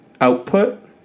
output